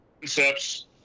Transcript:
Concepts